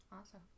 awesome